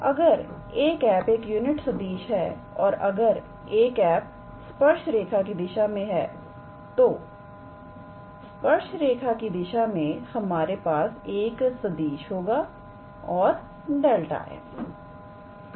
अगर 𝑎̂ एक यूनिट सदिश है और अगर 𝑎̂ स्पर्श रेखा की दिशा में है तो स्पर्श रेखा की दिशा में हमारे पास एक सदिश होगा और ∇⃗ 𝑓